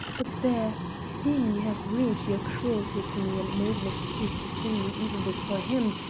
but there seeing you have rued your cruelty to me and made an excuse to see me even before him,